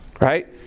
right